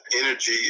energy